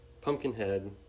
Pumpkinhead